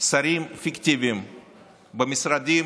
שרים פיקטיביים במשרדים